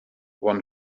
one